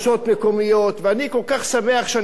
ואני כל כך שמח שאני בלב העשייה.